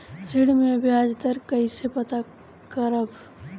ऋण में बयाज दर कईसे पता करब?